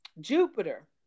Jupiter